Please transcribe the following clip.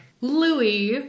Louis